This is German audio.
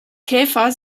käfer